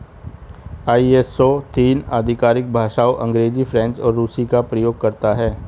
ISO तीन आधिकारिक भाषाओं अंग्रेजी, फ्रेंच और रूसी का प्रयोग करता है